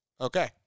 Okay